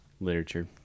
Literature